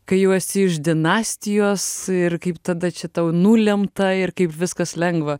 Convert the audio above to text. kai jau esi iš dinastijos ir kaip tada čia tau nulemta ir kaip viskas lengva